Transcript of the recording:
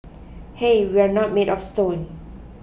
hey we're not made of stone